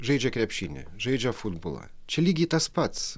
žaidžia krepšinį žaidžia futbolą čia lygiai tas pats